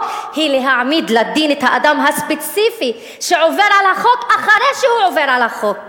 הוא להעמיד לדין את האדם הספציפי שעובר על החוק אחרי שהוא עובר על החוק.